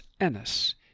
Ennis